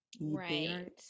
Right